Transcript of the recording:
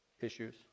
issues